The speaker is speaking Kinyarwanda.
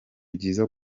byiza